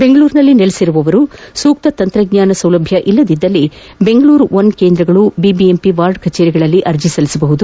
ದೆಂಗಳೂರಿನಲ್ಲಿ ನೆಲೆಸಿರುವವರು ಸೂಕ್ತ ತಂತ್ರಜ್ಞಾನ ಸೌಲಭ್ಞವಿಲ್ಲದಿದ್ದಲ್ಲಿ ಬೆಂಗಳೂರು ಒನ್ ಕೇಂದ್ರಗಳು ಬಿಬಿಎಂಪಿ ವಾರ್ಡ್ ಕಚೇರಿಗಳಲ್ಲೂ ಅರ್ಜಿ ಸಲ್ಲಿಸಬಹುದು